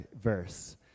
verse